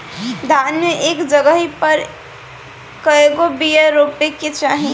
धान मे एक जगही पर कएगो बिया रोपे के चाही?